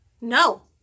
No